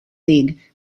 league